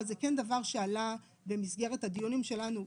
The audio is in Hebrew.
אבל זה כן דבר שעלה במסגרת הדיונים שלנו,